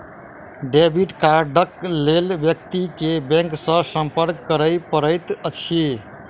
debit कार्डक लेल व्यक्ति के बैंक सॅ संपर्क करय पड़ैत अछि